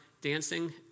dancing